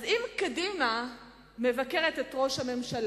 אז אם קדימה מבקרת את ראש הממשלה,